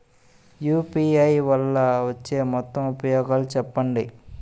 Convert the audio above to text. UPI వల్ల వచ్చే మొత్తం ఉపయోగాలు చెప్పండి?